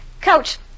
Coach